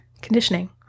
conditioning